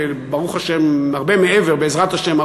ובעזרת השם,